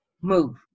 move